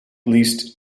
least